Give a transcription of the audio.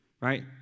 right